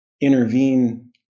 intervene